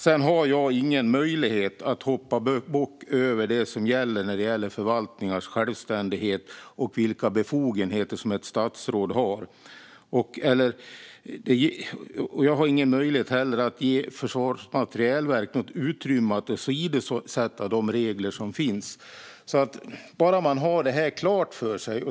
Sedan har jag ingen möjlighet att hoppa bock över det som gäller när det gäller förvaltningars självständighet och vilka befogenheter som ett statsråd har. Jag har heller ingen möjlighet att ge Försvarets materielverk något utrymme att åsidosätta de regler som finns. Det här bör man ha klart för sig.